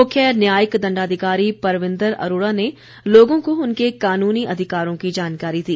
मुख्य न्यायिक दण्डाधिकारी परविन्दर अरोड़ा ने लोगों को उनके कानूनी अधिकारों की जानकारी दी